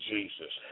Jesus